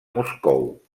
moscou